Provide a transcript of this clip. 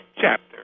chapter